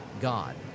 God